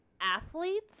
athletes